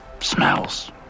smells